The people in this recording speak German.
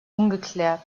ungeklärt